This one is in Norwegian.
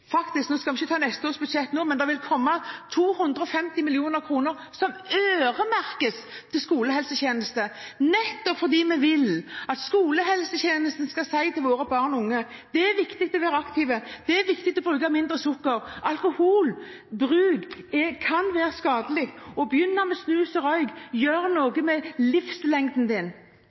komme 250 mill. kr som øremerkes til skolehelsetjenesten, nettopp fordi vi vil at skolehelsetjenesten skal si til våre barn og unge: Det er viktig å være aktiv, det er viktig å bruke mindre sukker, alkoholbruk kan være skadelig, og det å begynne med snus og røyk gjør noe med livslengden din.